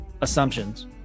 assumptions